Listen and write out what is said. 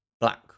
black